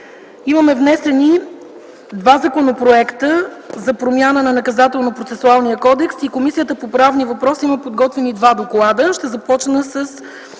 имаме внесени два законопроекта за промяна на Наказателно-процесуалния кодекс. Комисията по правни въпроси има подготвени два доклада. Ще започна с